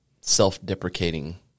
self-deprecating